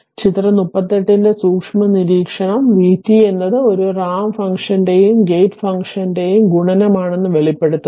അതിനാൽ ചിത്രം 38 ന്റെ സൂക്ഷ്മ നിരീക്ഷണം v t എന്നത് ഒരു റാമ്പ് ഫംഗ്ഷന്റെയും ഗേറ്റ് ഫംഗ്ഷന്റെയും ഗുണനമാണെന്ന് വെളിപ്പെടുത്തുന്നു